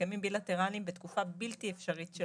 הסכמים בילטרליים בתקופה בלתי אפשרית של